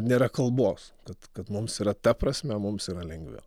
nėra kalbos kad kad mums yra ta prasme mums yra lengviau